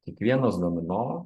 kiekvienas domino